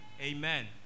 amen